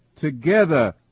together